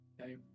Okay